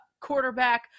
quarterback